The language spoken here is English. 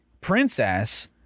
princess